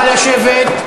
לשבת.